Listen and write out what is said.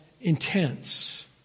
intense